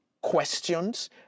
Questions